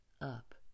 up